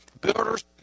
Builders